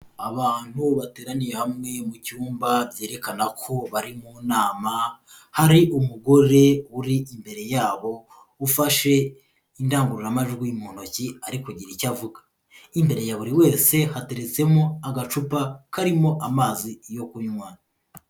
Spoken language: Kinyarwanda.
Abantu bateraniye hamwe mu cyumba byerekana ko bari mu nama, hari umugore uri imbere yabo ufashe indangururamajwi mu ntoki ari kugira icyo avuga, imbere ya buri wese hateretsemo agacupa karimo amazi yo kunywa.